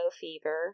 fever